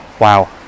Wow